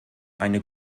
eine